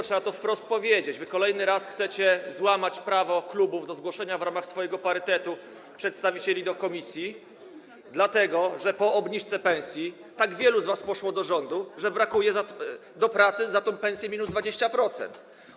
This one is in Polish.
Trzeba to wprost powiedzieć: kolejny raz chcecie złamać prawo klubów do zgłoszenia w ramach swojego parytetu przedstawicieli do komisji, dlatego że po obniżce pensji tak wielu z was poszło do rządu, że brakuje do pracy za tę pensję minus 20%.